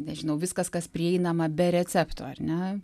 nežinau viskas kas prieinama be recepto ar ne